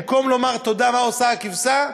במקום לומר תודה, מה עושה הכבשה?